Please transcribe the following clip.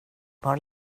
var